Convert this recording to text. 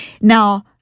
Now